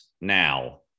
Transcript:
now